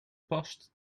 past